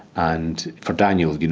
and for daniel, you know